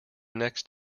next